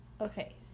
Okay